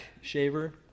shaver